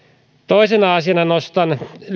toisena asiana nostan vielä